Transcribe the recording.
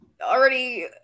already